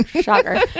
Shocker